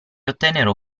ottennero